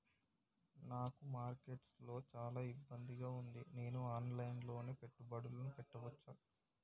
నాకు మార్కెట్స్ లో చాలా ఇబ్బందిగా ఉంది, నేను ఆన్ లైన్ లో పెట్టుబడులు పెట్టవచ్చా?